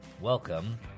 Welcome